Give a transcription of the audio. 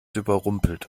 überrumpelt